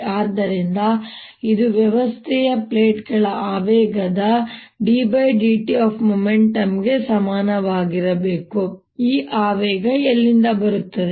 ಆದ್ದರಿಂದ ಇದು ವ್ಯವಸ್ಥೆಯ ಪ್ಲೇಟ್ಗಳ ಆವೇಗದ ddt ಗೆ ಸಮನಾಗಿರಬೇಕು ಈ ಆವೇಗ ಎಲ್ಲಿಂದ ಬರುತ್ತದೆ